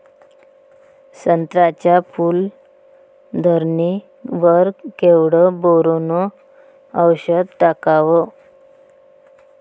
संत्र्याच्या फूल धरणे वर केवढं बोरोंन औषध टाकावं?